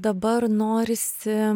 dabar norisi